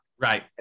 Right